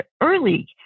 early